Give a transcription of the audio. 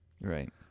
right